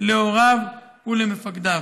להוריו ולמפקדיו,